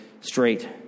straight